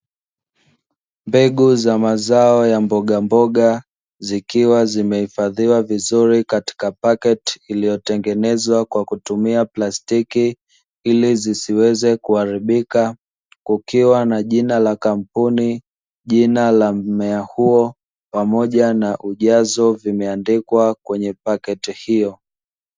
Mbegu za mazao ya mbogamboga zikiwa zimehifadhiwa vizuri katika pakiti iliyotengenezwa kwa kutumia plastiki. Ili zisiweze kuharibika, kukiwa na jina la kampuni, jina la mmea huo pamoja na ujazo vimeandikwa kwenye pakiti hiyo.